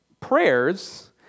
prayers